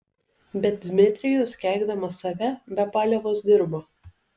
bet dmitrijus keikdamas save be paliovos dirbo